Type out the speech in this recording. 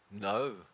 No